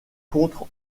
contre